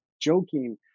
joking